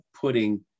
putting